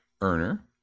earner